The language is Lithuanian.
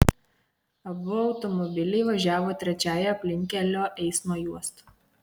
abu automobiliai važiavo trečiąja aplinkkelio eismo juosta